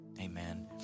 amen